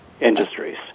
industries